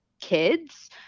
kids